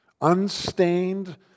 unstained